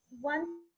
one